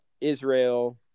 israel